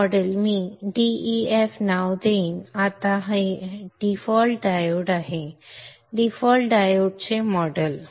model मी def नाव देईन आता हा डीफॉल्ट डायोड आहे डीफॉल्ट डायोडचे मॉडेल